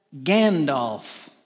Gandalf